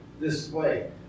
display